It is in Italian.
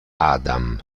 adam